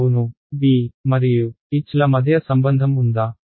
అవును B మరియు H ల మధ్య సంబంధం ఉందా